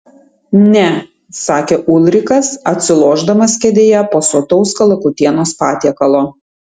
ne sakė ulrikas atsilošdamas kėdėje po sotaus kalakutienos patiekalo